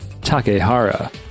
Takehara